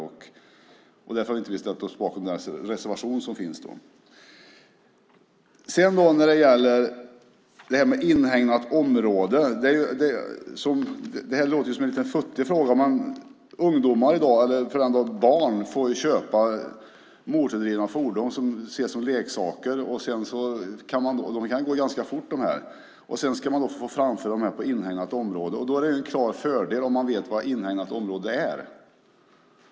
Därför har vi inte ställt oss bakom den reservation som finns. Frågan om inhägnade områden låter futtig. Men ungdomar och barn får i dag köpa motordrivna fordon som ses som leksaker. De kan gå ganska fort. Sedan ska man få framföra dem på inhägnat område. Då är det en klar fördel om man vet vad inhägnat område är.